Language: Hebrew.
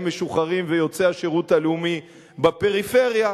משוחררים ויוצאי השירות הלאומי בפריפריה,